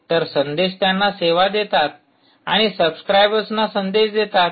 तर संदेश त्यांना सेवा देतात आणि सबस्क्राइबर्सना संदेश देतात